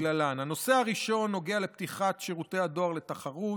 כלהלן: הנושא הראשון נוגע לפתיחת שירותי הדואר לתחרות.